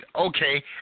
okay